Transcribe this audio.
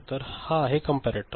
तर हा आहे कॅम्परेटर